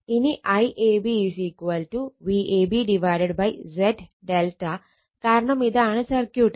ഇനി IAB Vab Z∆ കാരണം ഇതാണ് സർക്യൂട്ട്